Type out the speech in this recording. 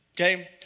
okay